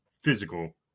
physical